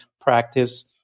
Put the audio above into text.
practice